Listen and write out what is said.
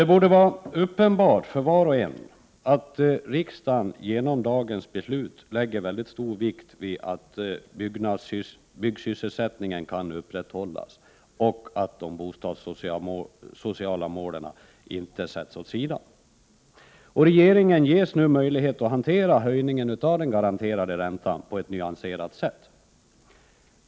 Det borde vara uppenbart för var och en att riksdagen genom dagens beslut lägger mycket stor vikt vid att byggsysselsättningen kan upprätthållas och att de bostadssociala målen inte sätts åt sidan. Regeringen ges nu möjlighet att hantera höjningen av den garanterade räntan på ett nyanserat sätt.